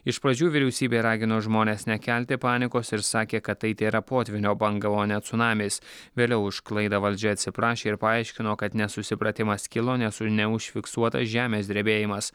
iš pradžių vyriausybė ragino žmones nekelti panikos ir sakė kad tai tėra potvynio banga o ne cunamis vėliau už klaidą valdžia atsiprašė ir paaiškino kad nesusipratimas kilo nes neužfiksuotas žemės drebėjimas